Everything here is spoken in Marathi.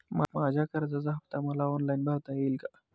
माझ्या कर्जाचा हफ्ता मला ऑनलाईन भरता येईल का?